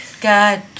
God